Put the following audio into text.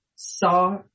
saw